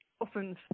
often